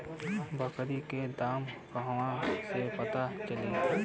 बकरी के दाम कहवा से पता चली?